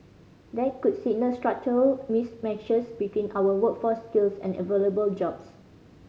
that could signal structural mismatches between our workforce skills and available jobs